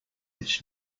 its